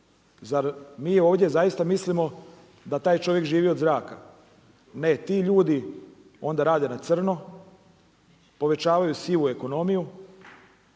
zar mi ovdje zaista mislimo da taj čovjek živi od zraka? Ne, ti ljudi onda rade na crno, povećavaju sivu ekonomiju